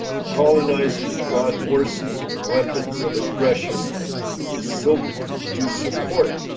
the colonizers brought horses and weapons of aggression to so to support